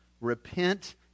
Repent